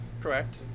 Correct